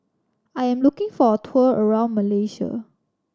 I am looking for a tour around Malaysia